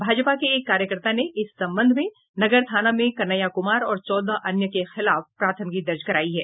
भाजपा के एक कार्यकर्ता ने इस संबंध में नगर थाना में कन्हैया कुमार और चौदह अन्य लोगों के खिलाफ प्राथमिकी दर्ज करवायी है